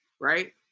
right